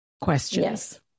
questions